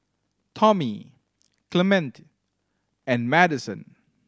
Tommy Clemente and Madison